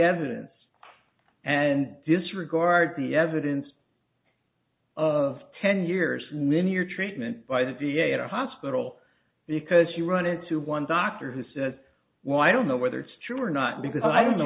evidence and disregard the evidence of ten years when your treatment by the da at a hospital because you run into one doctor who says well i don't know whether it's true or not because i don't know